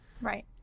Right